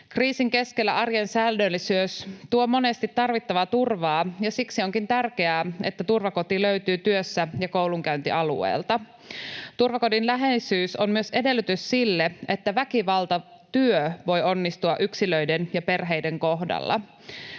Kriisin keskellä arjen säännöllisyys tuo monesti tarvittavaa turvaa, ja siksi onkin tärkeää, että turvakoti löytyy työssä- ja koulunkäyntialueelta. Turvakodin läheisyys on myös edellytys sille, että väkivaltatyö voi onnistua yksilöiden ja perheiden kohdalla.